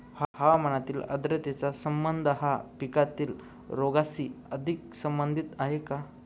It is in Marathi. हवेतील आर्द्रतेचा संबंध हा पिकातील रोगांशी अधिक संबंधित आहे का?